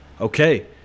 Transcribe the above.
Okay